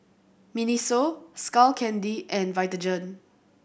MINISO Skull Candy and Vitagen